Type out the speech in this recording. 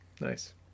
Nice